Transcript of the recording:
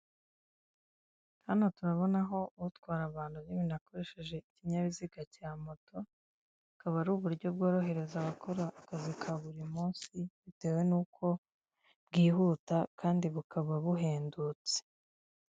Inzu inzu nini isize umucanga ndetse hari n'inzu ishaje ntoya, nyuma yaho hari ishyamba n'icyapa cyanditseho akanyaru, huye, muhanga; hariho icyapa kiriho akantu kazamuye ndetse n'ikindi gitambika hariho Ruhango, Kinazi